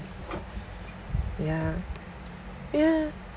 ya ya